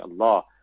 Allah